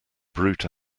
brute